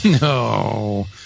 No